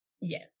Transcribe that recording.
Yes